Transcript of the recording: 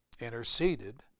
interceded